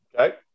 Okay